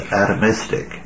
atomistic